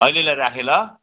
अहिलेलाई राखेँ ल